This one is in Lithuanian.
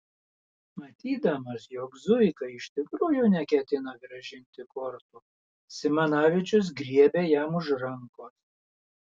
matydamas jog zuika iš tikrųjų neketina grąžinti kortų simanavičius griebė jam už rankos